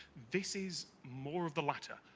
this is more of the latter.